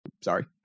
sorry